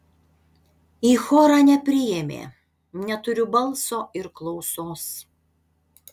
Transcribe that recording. į chorą nepriėmė neturiu balso ir klausos